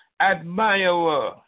admirer